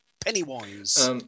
Pennywise